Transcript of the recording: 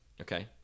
Okay